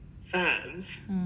firms